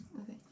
Okay